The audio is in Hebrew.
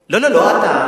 לא, לא אתה.